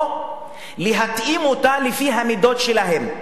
או להתאים אותה לפי המידות שלהם.